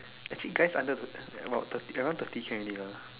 actually guys under about thirty around thirty can already lah